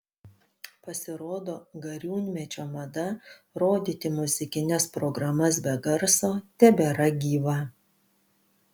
pasirodo gariūnmečio mada rodyti muzikines programas be garso tebėra gyva